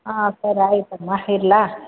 ಹಾಂ ಸರಿ ಆಯಿತಮ್ಮ ಇಡ್ಲಾ